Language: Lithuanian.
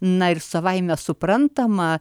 na ir savaime suprantama